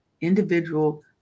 individual